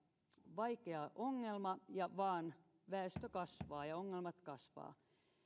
ongelma ja väestö vain kasvaa ja ongelmat kasvavat